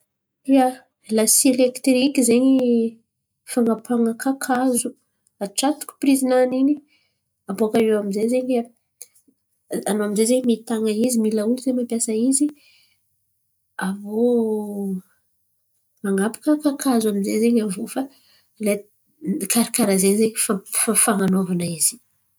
Ia, lasy elekitiriky zen̈y fan̈apaka kakazo atratôkô pirizy-nany in̈y. Aboakaio aminjay zen̈y anô aminjay mitan̈a mila olo ze mampiasa izy aviô man̈apaka kakazo amizay zen̈y aviô karà karàha zen̈y fan̈anovana izy.